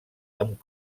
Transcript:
amb